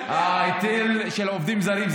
ההיטל של העובדים הזרים,